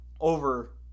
Over